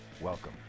welcome